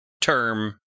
term